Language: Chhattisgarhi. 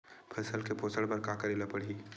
फसल के पोषण बर का करेला पढ़ही?